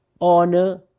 honor